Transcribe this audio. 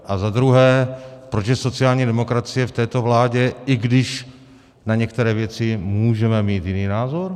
A za druhé, proč je sociální demokracie v této vládě, i když na některé věci můžeme mít jiný názor?